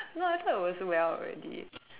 no I thought it was well already